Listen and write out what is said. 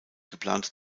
geplante